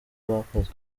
bakoze